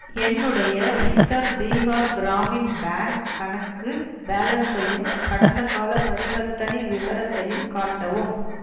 என்னுடைய உத்தர் பீகார் கிராமின் பேங்க் கணக்கு பேலன்ஸையும் கடந்தகால பரிவர்த்தனை விவரத்தையும் காட்டவும்